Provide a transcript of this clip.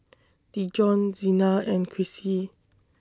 Dijon Zina and Krissy